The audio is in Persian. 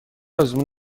آزمون